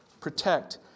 protect